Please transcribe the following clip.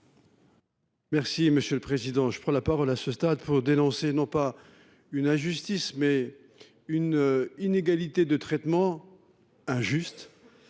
Mizzon, sur l’article. Je prends la parole à ce stade pour dénoncer non pas une injustice, mais une inégalité de traitement injuste